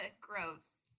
Gross